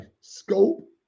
scope